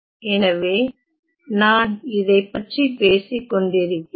எனவே நான் இதைப் பற்றி பேசிக்கொண்டு இருக்கிறேன்